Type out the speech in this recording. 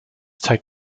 take